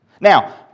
Now